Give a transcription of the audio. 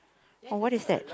oh what is that